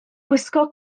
gwisgo